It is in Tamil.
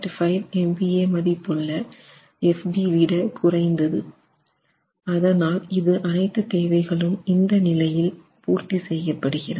5MPa மதிப்புள்ள fb விட குறைந்தது அதனால் அனைத்து தேவைகளும் இந்த நிலையில் ஒரு பூர்த்தி செய்ய படுகிறது